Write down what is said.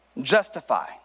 Justify